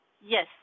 Yes